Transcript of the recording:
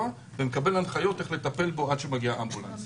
ומקבל הנחיות איך לטפל בו עד שמגיע אמבולנס.